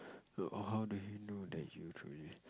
err how do you know that you truly